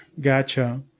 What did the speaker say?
Gotcha